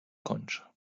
kończy